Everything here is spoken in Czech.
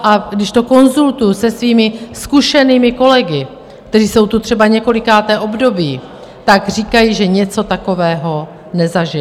A když to konzultuji se svými zkušenými kolegy, kteří jsou tu třeba několikáté období, tak říkají, že něco takového nezažili.